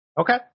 Okay